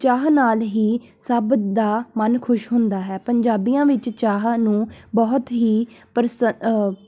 ਚਾਹ ਨਾਲ ਹੀ ਸਭ ਦਾ ਮਨ ਖੁਸ਼ ਹੁੰਦਾ ਹੈ ਪੰਜਾਬੀਆਂ ਵਿੱਚ ਚਾਹ ਨੂੰ ਬਹੁਤ ਹੀ ਪ੍ਰਸਹ